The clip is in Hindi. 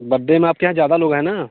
बड्डे में आपके यहाँ ज़्यादा लोग हैं न